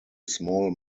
small